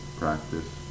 practice